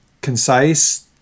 concise